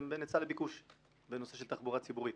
בין היצע לביקוש בנושא של תחבורה ציבורית.